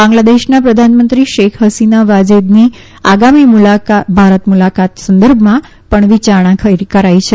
બાંગ્લાદેશના પ્રધાનમંત્રી શેખ ફસીના વાજેદની આગામી ભારત મુલાકાત સંદર્ભમાં પણ વિચારણા કરાઇ છે